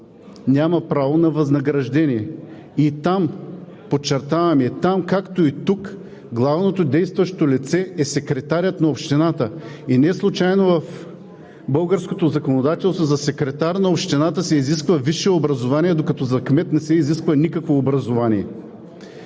няма право на възнаграждение. И там, подчертавам, и там, както и тук, главното действащо лице е секретарят на общината. Неслучайно в българското законодателство за секретар на общината се изисква висше образование, докато за кмет не се изисква никакво образование.